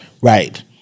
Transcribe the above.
Right